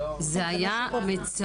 זה היה מצמרר.